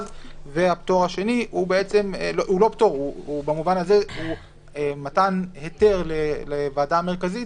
והפטור השני הוא לא פטור אלא מתן היתר לוועדה המרכזית